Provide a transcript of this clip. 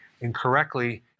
incorrectly